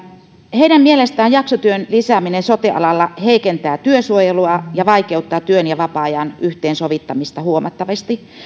heidän mielestään jaksotyön lisääminen sote alalla heikentää työsuojelua ja vaikeuttaa työn ja vapaa ajan yhteensovittamista huomattavasti